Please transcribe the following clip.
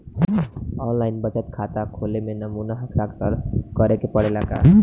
आन line बचत खाता खोले में नमूना हस्ताक्षर करेके पड़ेला का?